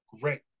great